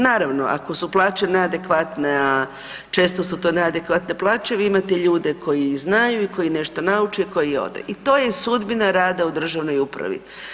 Naravno ako su plaće neadekvatne, a često su to neadekvatne plaće vi imate ljude koji znaju i koji nešto nauče i koji ode i to je sudbina rada u državnoj upravi.